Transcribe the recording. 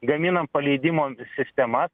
gaminam paleidimom sistemas